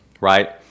right